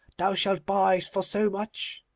thou shalt buy for so much,